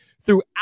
throughout